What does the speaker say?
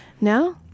No